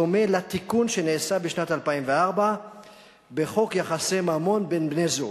בדומה לתיקון שנעשה בשנת 2004 בחוק יחסי ממון בין בני-זוג.